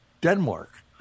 Denmark